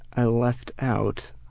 i left out.